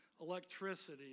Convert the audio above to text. electricity